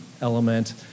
element